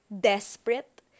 desperate